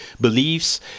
beliefs